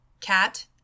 Cat